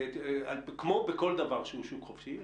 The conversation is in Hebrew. כמו בכל דבר שהוא שוק חופשי,